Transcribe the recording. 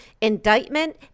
indictment